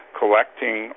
collecting